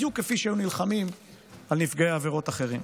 בדיוק כפי שהיו נלחמים על נפגעי עבירות אחרים.